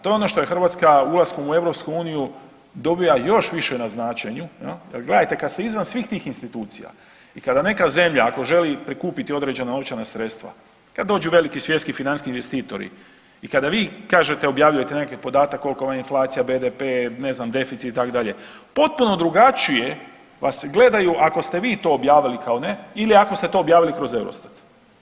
To je ono što je Hrvatska ulaskom u EU dobija još više na značenju, jer gledajte kada ste izvan svih tih institucija i kada neka zemlja ako želi prikupiti određena novčana sredstva, kad dođu veliki svjetski financijski investitori i kada vi kažete objavljujete podatak koliko vam je inflacija, BDP, ne znam deficit itd. potpuno drugačije vas gledaju ako ste vi to objavili ili ako ste to objavili kroz EUROSTAT.